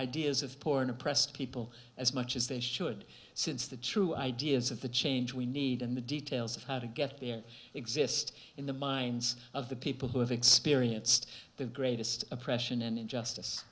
ideas of poor and oppressed people as much as they should since the true ideas of the change we need and the details of how to get there exist in the minds of the people who have experienced the greatest oppression and injustice